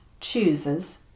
chooses